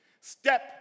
Step